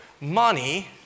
Money